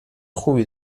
خوبی